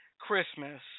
Christmas